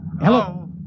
Hello